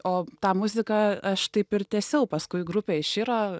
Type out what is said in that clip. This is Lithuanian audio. o tą muziką aš taip ir tęsiau paskui grupė iširo